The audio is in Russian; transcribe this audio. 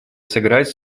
сыграть